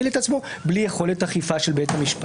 את עצמו בלי יכולת אכיפה של בית המשפט.